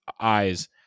eyes